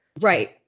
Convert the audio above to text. Right